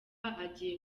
agiye